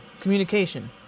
communication